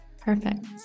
perfect